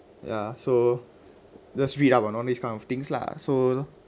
ya so just read up on all this kind of things lah so